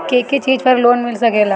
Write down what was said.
के के चीज पर लोन मिल सकेला?